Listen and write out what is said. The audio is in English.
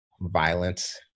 violence